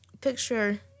picture